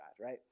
right